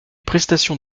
prestations